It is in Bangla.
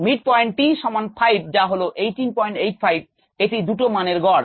Mid point t সমান 5 যা হলো 1885 এটি দুটো মানের গড়